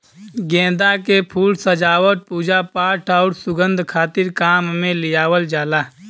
गेंदा के फूल सजावट, पूजापाठ आउर सुंगध खातिर काम में लियावल जाला